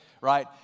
Right